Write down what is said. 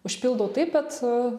užpildau taip bet